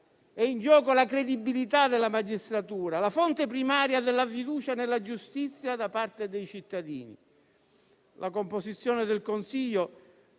È in gioco la credibilità della magistratura, la fonte primaria della fiducia nella giustizia da parte dei cittadini. La composizione del Consiglio,